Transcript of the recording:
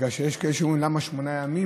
בגלל שיש כאלה שאומרים: למה שמונה ימים?